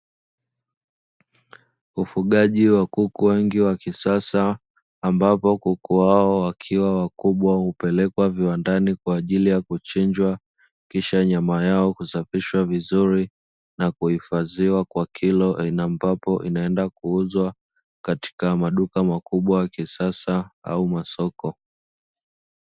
Ufugaji wa kuku wengi wa kisasa ambapo kuku hao wakiwa wakubwa hupelekwa viwandani kwa ajili ya kuchinjwa, kisha nyama yao kusafishwa vizuri na kuhifadhiwa kwa kilo aina ambapo inaenda kuuzwa katika maduka makubwa ya kisasa au masoko.